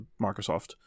Microsoft